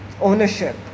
ownership